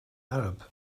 arab